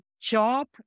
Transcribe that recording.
job